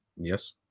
Yes